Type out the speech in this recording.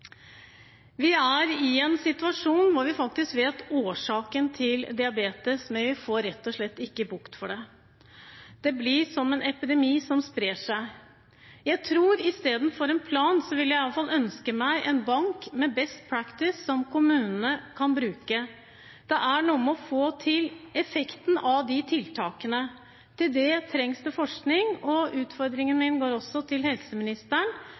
Vi er i en situasjon hvor vi kjenner årsaken til diabetes, men vi får rett og slett ikke bukt med det. Det blir som en epidemi som sprer seg. Istedenfor en plan vil jeg ønske meg en bank med «best practice» som kommunene kan bruke. Det er noe med å få til en effekt av tiltakene. Til det trengs det forskning, og utfordringen min går også til helseministeren: